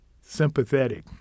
sympathetic